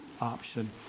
option